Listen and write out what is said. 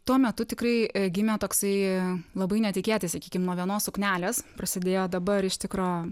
tuo metu tikrai gimė toksai labai netikėtai sakykim nuo vienos suknelės prasidėjo dabar iš tikro